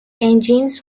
engines